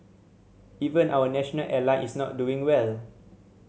even our national airline is not doing well